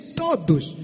todos